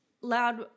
loud